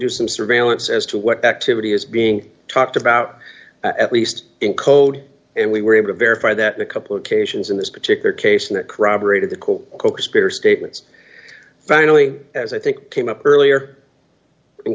do some surveillance as to what activity is being talked about at least in code and we were able to verify that a couple occasions in this particular case and that corroborated the cold coke speer statements finally as i think came up earlier